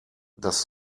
dass